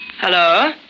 Hello